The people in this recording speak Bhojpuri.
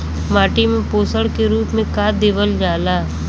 माटी में पोषण के रूप में का देवल जाला?